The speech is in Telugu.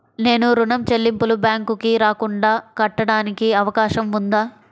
నేను ఋణం చెల్లింపులు బ్యాంకుకి రాకుండా కట్టడానికి అవకాశం ఉందా?